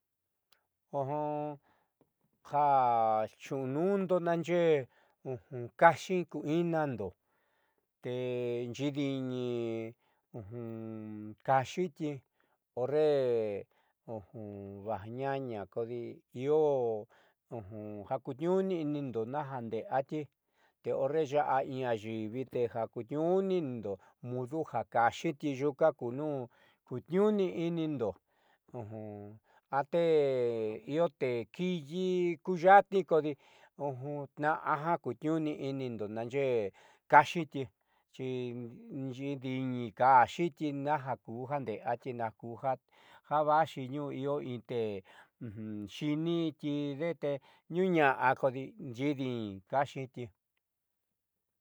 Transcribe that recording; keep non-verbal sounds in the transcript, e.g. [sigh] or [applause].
[hesitation] ja xuunuundo naaxee [hesitation] kaxi ku inando te xiidin [hesitation] káxiti horre [hesitation] vaj ñaña kodi io jakutniuni'inindo naja nde'eati te horre ya'a in ayiiri te ja kutniuni'inindo mudo ja kaxiti yuunka nuu kutniuni'inindo [hesitation] a te io tee kiiyi kuya'atnii kodi tnaá jakutniuniínindo naaxee kaaxiti xi yiidin kaaxiti kaaxiti naju jan de'eati najkuja vaaxi niuu io [hesitation] intexiinitetenu ña'a kodi xiidin káxiti.